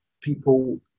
people